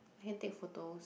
can take photo